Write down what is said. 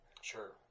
Sure